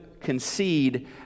concede